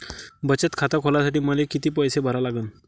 बचत खात खोलासाठी मले किती पैसे भरा लागन?